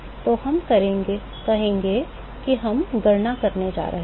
तो हम कहेंगे कि हम गणना करने जा रहे हैं